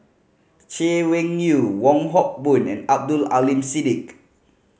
Chay Weng Yew Wong Hock Boon and Abdul Aleem Siddique